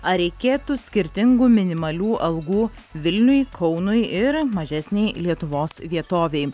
ar reikėtų skirtingų minimalių algų vilniui kaunui ir mažesnei lietuvos vietovei